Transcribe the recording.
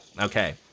Okay